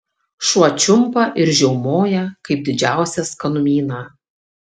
šuo čiumpa ir žiaumoja kaip didžiausią skanumyną